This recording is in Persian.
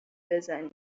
بزنی